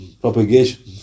propagation